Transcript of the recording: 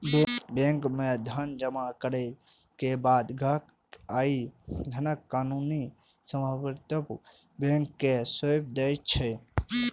bank मे धन जमा करै के बाद ग्राहक ओइ धनक कानूनी स्वामित्व बैंक कें सौंपि दै छै